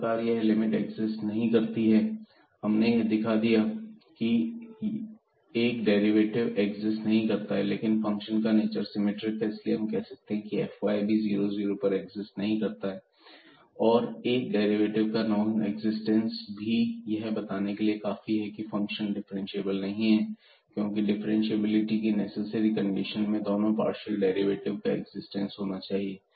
इस प्रकार यह लिमिट एक्सिस्ट नहीं करती है हमने यह दिखा दिया है कि एक डेरिवेटिव एक्जिस्ट नहीं करता है लेकिन फंक्शन का नेचर सिमिट्रिक है इसलिए हम कह सकते हैं की fy भी 00 पर एक्सिस्ट नहीं करता है और एक डेरिवेटिव का नॉन एक्जिस्टेंस भी यह बताने के लिए काफी है की फंक्शन डिफरेंशिएबल नहीं है क्योंकि डिफरेंटशिएबिलिटी की नेसेसरी कंडीशन में दोनों पार्शियल डेरिवेटिव का एक्जिस्टेंस होना चाहिए